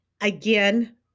again